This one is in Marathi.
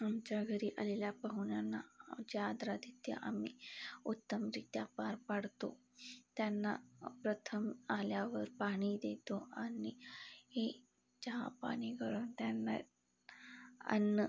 आमच्या घरी आलेल्या पाहुण्यांना आमच्या आदरातिथ्य आम्ही उत्तमरित्या पार पाडतो त्यांना प्रथम आल्यावर पाणी देतो आणि ही चहापाणी करून त्यांना अन्न